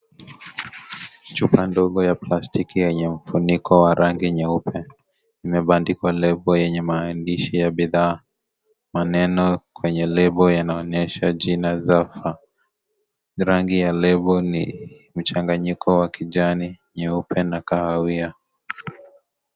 Chupa ndogo ya plastiki yenye ufuniko wa rangi nyeupe imebandikwa lebo yenye maandishi ya bidhaa. Maneno kwenye lebo yanaonyesha jina Zephania .Rangi ya lebo ni mchanganyiko wa kijani, nyeupe na kahawia.